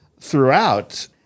throughout